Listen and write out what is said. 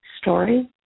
story